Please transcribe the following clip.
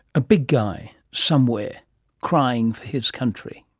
a big guy somewhere crying for his country